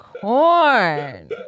corn